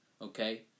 okay